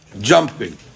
jumping